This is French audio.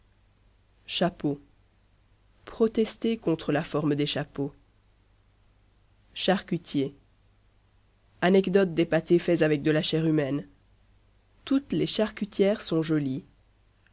chapeau protester contre la forme des chapeaux charcutier anecdote des pâtés faits avec de la chair humaine toutes les charcutières sont jolies